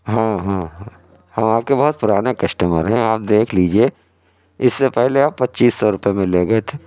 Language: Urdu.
ہاں ہاں ہاں ہم آپ کے بہت پرانے کسٹمر ہیں آپ دیکھ لیجے اس سے پہلے آپ پچیس سو روپے میں لے گیے تھے